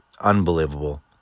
unbelievable